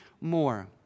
more